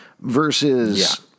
versus